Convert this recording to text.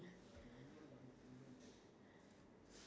it makes your skin softer its really nice